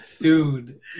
Dude